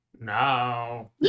No